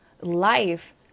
life